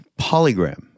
Polygram